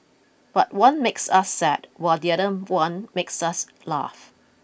but one makes us sad while the other one makes us laugh